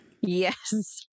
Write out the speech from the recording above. Yes